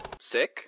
sick